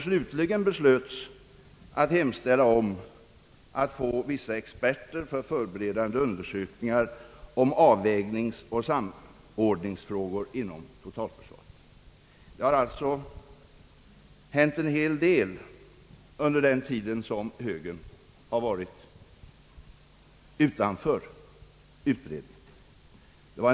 Slutligen beslöts att hemställa om att få vissa experier för förberedande undersökningar om avvägningsoch samordningsfrågor inom totalförsvaret. Det har alltså hänt en hel del under den tid då högern har varit utanför utredningen.